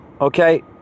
okay